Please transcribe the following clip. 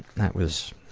that was